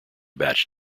batch